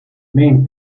main